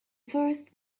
first